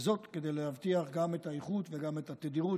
כדי להבטיח גם את האיכות וגם את התדירות